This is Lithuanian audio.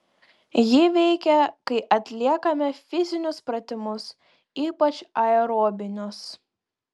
ji veikia kai atliekame fizinius pratimus ypač aerobinius